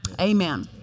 Amen